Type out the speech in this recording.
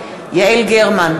גרמן,